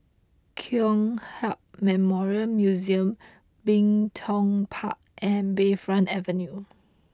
Kong Hiap Memorial Museum Bin Tong Park and Bayfront Avenue